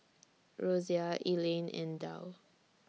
Rosia Elayne and Dow